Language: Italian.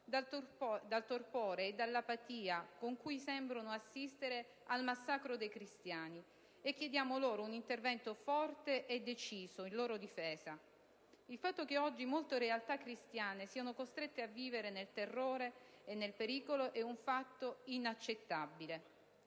dal torpore e dall'apatia con cui sembrano assistere al massacro dei cristiani, e chiediamo loro un intervento forte e deciso in loro difesa. Il fatto che oggi molte realtà cristiane siano costrette a vivere nel terrore e nel pericolo è un fatto inaccettabile,